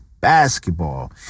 basketball